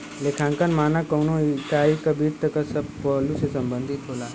लेखांकन मानक कउनो इकाई क वित्त क सब पहलु से संबंधित होला